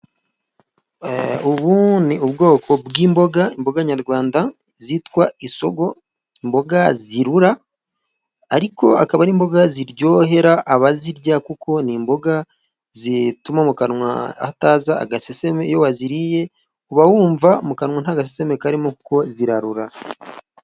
Ubu ni ubwoko bw'imboga, imboga nyarwanda zitwa isogo. Imboga zirura ariko zikaba ari imboga ziryohera abazirya, kuko ni imboga zituma mu kanwa hataza agaseseme. Iyo waziriye uba wumva mu kanwa nta gaseseme karimo kuko zirarura.